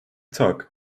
tuck